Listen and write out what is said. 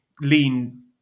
lean